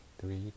three